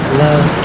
love